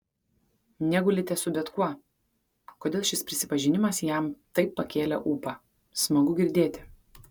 negulite su bet kuo kodėl šis prisipažinimas jam taip pakėlė ūpą smagu girdėti